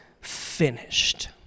finished